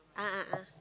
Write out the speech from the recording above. a'ah a'ah